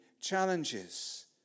challenges